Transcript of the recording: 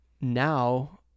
Now